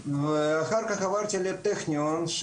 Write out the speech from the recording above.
ואחר כך עברתי לטכניון,